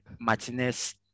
martinez